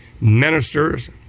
ministers